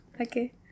Okay